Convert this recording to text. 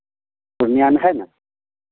पूर्णियाँ में है ना